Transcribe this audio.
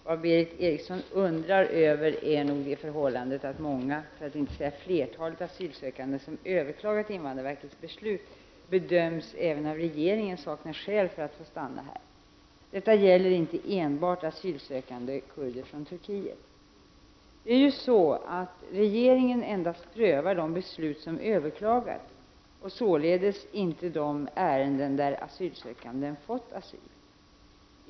Vad Berith Eriksson undrar över är nog det förhållandet att många — för att inte säga flertalet — asylsökande som överklagat invandrarverkets beslut även av regeringen bedöms sakna skäl att få stanna här. Detta gäller inte enbart asylsökande kurder från Turkiet. Regeringen prövar endast de beslut som överklagats och således inte de ärenden där asylsökanden fått asyl.